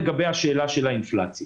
לגבי האינפלציה